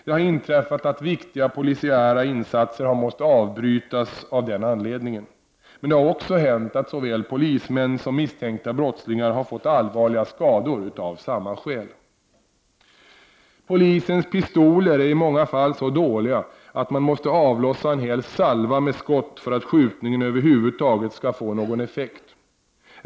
Det har inträffat att viktiga polisiära insatser har måst avbrytas av den anledningen. Men det har också hänt att såväl polismän som misstänkta brottslingar fått allvarliga skador av samma skäl. Polisens pistoler är i många fall så dåliga att man måste avlossa en hel salva med skott för att skjutningen över huvud taget skall få någon effekt.